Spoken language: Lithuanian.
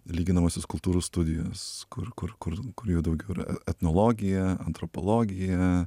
lyginamosios kultūrų studijos kur kur kur kur jau daugiau yra etnologija antropologija